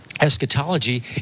eschatology